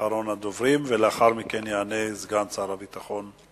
אחרון הדוברים, לאחר מכן יעלה סגן שר הביטחון,